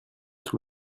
tout